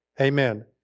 Amen